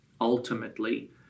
ultimately